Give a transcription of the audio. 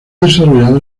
desarrollado